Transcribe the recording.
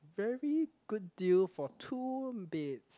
very good deal for two beds